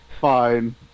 Fine